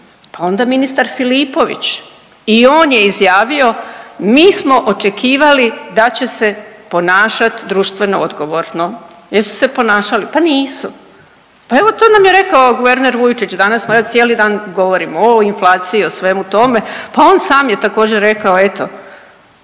Pa onda ministar Filipović, i on je izjavio, mi smo očekivali a će se ponašati društveno odgovorno. Jesu se ponašali? Pa nisu. Pa evo, to nam je rekao guverner Vujčić, danas smo evo, cijeli dan govorimo o inflaciji, o svemu tome, pa on sam je također, rekao, eto,